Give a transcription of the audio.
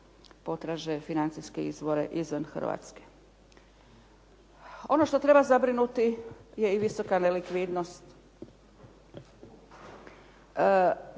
potraže financijske izvore izvan Hrvatske. Ono što treba zabrinuti je i visoka nelikvidnost.